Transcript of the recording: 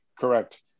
correct